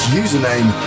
username